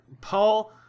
Paul